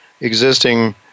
existing